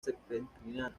septentrional